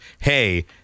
Hey